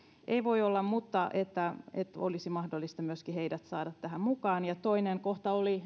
ei voi olla mutta hyvä jos olisi mahdollista myöskin heidät saada tähän mukaan toinen kohta oli